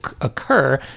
occur